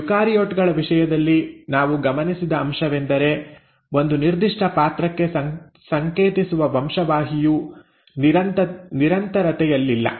eukaryote ಗಳ ವಿಷಯದಲ್ಲಿ ನಾವು ಗಮನಿಸಿದ ಅಂಶವೆಂದರೆ ಒಂದು ನಿರ್ದಿಷ್ಟ ಪಾತ್ರಕ್ಕೆ ಸಂಕೇತಿಸುವ ವಂಶವಾಹಿಯು ನಿರಂತರತೆಯಲ್ಲಿಲ್ಲ